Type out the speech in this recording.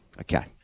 Okay